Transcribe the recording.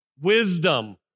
Wisdom